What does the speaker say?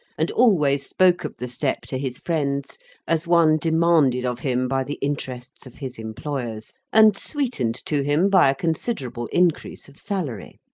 and always spoke of the step to his friends as one demanded of him by the interests of his employers, and sweetened to him by a considerable increase of salary.